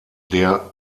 der